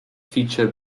feature